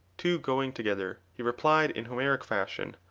two going together he replied, in homeric fashion,